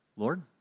Lord